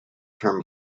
term